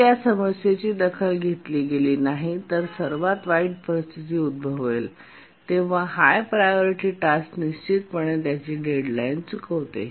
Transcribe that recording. जर या समस्येची दखल घेतली गेली नाही तर जेव्हा सर्वात वाईट परिस्थिती उद्भवेल तेव्हा हाय प्रायोरिटी टास्क निश्चितपणे त्याची डेड लाईन चुकवते